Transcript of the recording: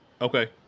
Okay